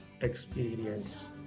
experience